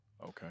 Okay